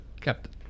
Captain